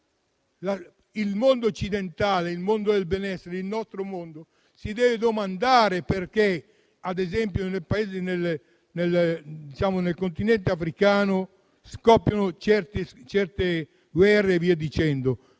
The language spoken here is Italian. Il mondo occidentale, il mondo del benessere, il nostro mondo si deve domandare perché nel Continente africano scoppiano certe guerre. Quale